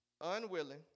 Unwilling